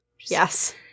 Yes